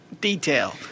detail